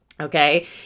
Okay